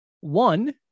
One